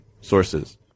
sources